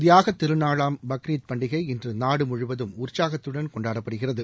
தியாகத் திருநாளாம் பக்ரீத் பண்டிகை இன்று நாடுமுழுவதும் உற்சாகத்துடன் கொண்டாப்படுகிறது